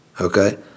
okay